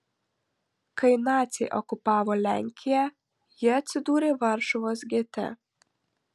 kai naciai okupavo lenkiją ji atsidūrė varšuvos gete